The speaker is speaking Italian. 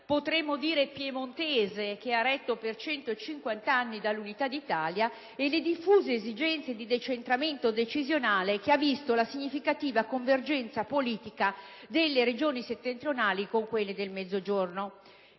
potremmo dire "piemontese" - che ha retto per 150 anni dall'Unità d'Italia e le diffuse esigenze di decentramento decisionale che hanno visto la significativa convergenza politica delle Regioni settentrionali con quelle del Mezzogiorno.